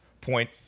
point